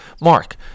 Mark